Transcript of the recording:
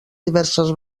diverses